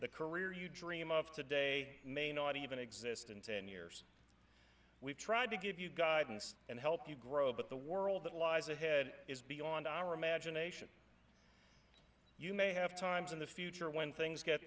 the career you dream of today may not even exist in ten years we've tried to give you guidance and help you grow but the world that lies ahead is beyond our imagination you may have times in the future when things get